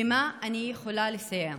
במה אני יכולה לסייע?